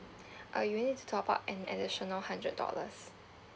uh you will need to top up an additional hundred dollars